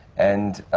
and